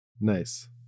Nice